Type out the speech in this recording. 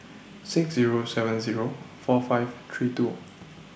six Zero seven Zero four five three two